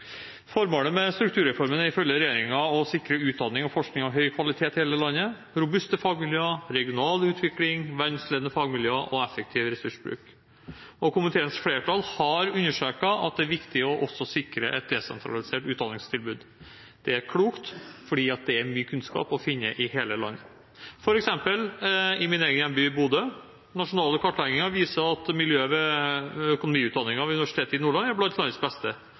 Formålet med strukturreformen er ifølge regjeringen å sikre utdanning og forskning av høy kvalitet i hele landet, robuste fagmiljøer, regional utvikling, verdensledende fagmiljøer og effektiv ressursbruk. Komiteens flertall har understreket at det er viktig også å sikre et desentralisert utdanningstilbud. Det er klokt fordi det er mye kunnskap å finne i hele landet, f.eks. i min egen hjemby, Bodø. Nasjonale kartlegginger viser at miljøet ved økonomiutdanningen ved Universitetet i Nordland er blant landets beste.